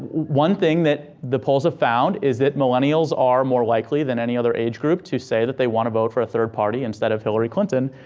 one thing that the polls have found is that millennials are more likely than any other age group to say that they want to vote for a third party instead of hillary clinton.